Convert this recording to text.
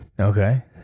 Okay